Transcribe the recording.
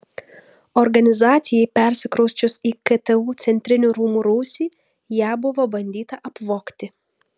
organizacijai persikrausčius į ktu centrinių rūmų rūsį ją buvo bandyta apvogti